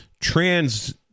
trans